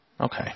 Okay